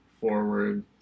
forward